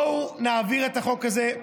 בואו נעביר את החוק הזה,